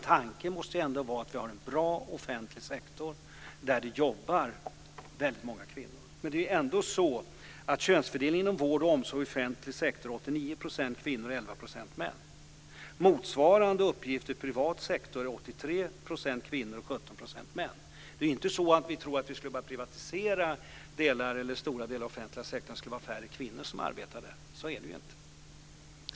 Tanken måste ändå vara att vi har en bra offentlig sektor där det jobbar väldigt många kvinnor. Det är ändå så att könsfördelningen inom vård och omsorg i offentlig sektor är 89 % kvinnor och 11 % 83 % kvinnor och 17 % män. Det är inte så att vi ska tro att om vi börjar privatisera stora delar av den offentliga sektorn blir det färre kvinnor som arbetar med dessa saker. Så är det inte.